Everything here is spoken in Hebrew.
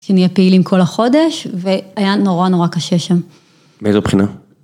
‫שנהיה פעילים כל החודש, ‫והיה נורא נורא קשה שם. - מאיזו בחינה?